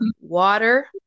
Water